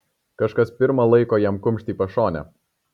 kažkas pirma laiko jam kumšt į pašonę